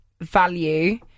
value